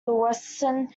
weston